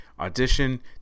audition